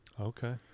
Okay